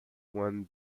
won